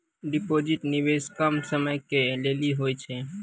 Deposit निवेश कम समय के लेली होय छै?